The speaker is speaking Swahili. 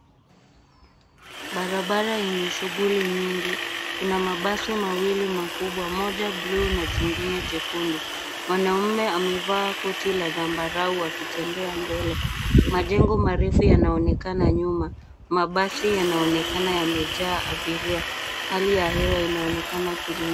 Barabara yenye shughuli nyingi ina mabasi mawili mawili makubwa ,moja bluu na jingine jekundu .Mwanaume amevaa koti la zambarau akitembea mbele. Majengo marefu yanaonekana nyuma. Mabasi yanaonekana yamejaa abiria. Hali ya hewa inaonekana tulivu.